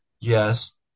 Yes